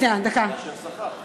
לשר הפנים